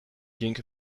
king